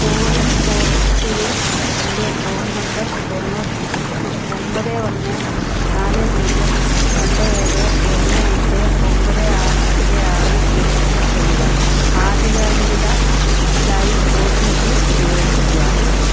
കോ win പോർട്ടലിൽ എന്റെ phone number ഒൻപത് ഒന്ന് നാല് പൂജ്യം രണ്ട് ഏഴ് ഒന്ന് അഞ്ച് ഒൻപത് അഞ്ച് ആറ് രജിസ്റ്റർ ചെയ്യുക ആധികാരികതയ്ക്കായി ഒ ടി പി ഉപയോഗിക്കുക